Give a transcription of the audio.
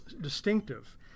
distinctive